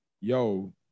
yo